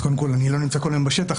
אני לא נמצא כול היום בשטח,